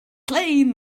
slain